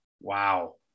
wow